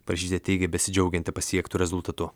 palšytė teigė besidžiaugianti pasiektu rezultatu